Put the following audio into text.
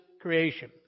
creation